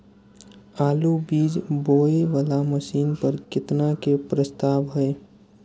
आलु बीज बोये वाला मशीन पर केतना के प्रस्ताव हय?